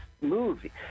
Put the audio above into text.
movie